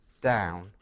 down